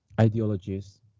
ideologies